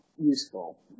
useful